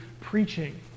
preaching